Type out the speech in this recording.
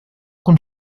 con